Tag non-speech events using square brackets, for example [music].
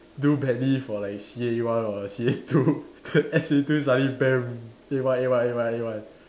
do badly for like C_A one or C_A two [laughs] and C_A two suddenly band A one A one A one A one